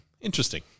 interesting